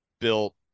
built